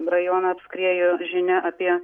rajoną apskriejo žinia apie